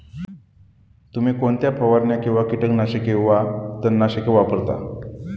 तुम्ही कोणत्या फवारण्या किंवा कीटकनाशके वा तणनाशके वापरता?